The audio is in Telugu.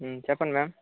చెప్పండి మ్యామ్